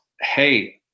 hey